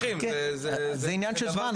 12 מפקחים --- זה עניין של זמן,